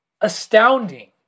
astounding